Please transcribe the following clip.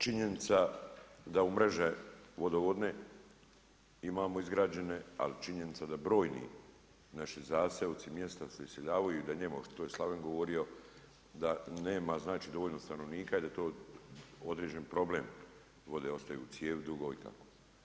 Činjenica da u mreže vodovodne imamo izgrađene, ali činjenica da brojni naši zaseoci i mjesta se iseljavaju i da … ovo što je i Slaven govorio da nema dovoljno stanovnika i da je to određeni problem, vode ostaju u cijevi dugo i tako.